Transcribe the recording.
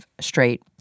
straight